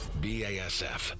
BASF